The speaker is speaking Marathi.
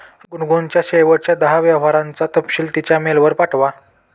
गुनगुनच्या शेवटच्या दहा व्यवहारांचा तपशील तिच्या मेलवर पाठवा